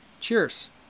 Cheers